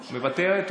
מוותרת?